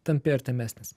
tampi artimesnis